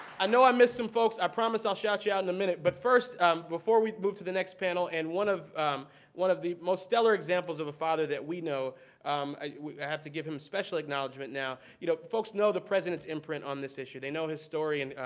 i know i missed some folks. i promise i'll shout you out in a minute. but before we move to the next panel, and one of one of the most stellar examples of a father that we know i have to give him special acknowledgment now. you know, folks know the president's imprint on this issue. they know his story, and